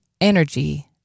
energy